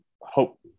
hope